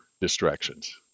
distractions